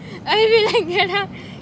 I really like